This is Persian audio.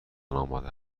آماده